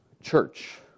church